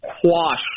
quash